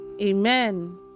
Amen